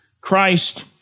Christ